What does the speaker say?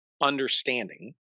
understanding